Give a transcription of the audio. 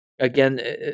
Again